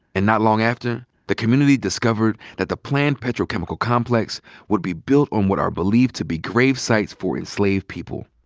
and not long after, the community discovered that the planned petrochemical complex would be built on what are believed to be grave sites for enslaved people.